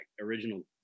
original